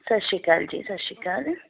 ਸਤਿ ਸ਼੍ਰੀ ਅਕਾਲ ਜੀ ਸਤਿ ਸ਼੍ਰੀ ਅਕਾਲ